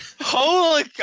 Holy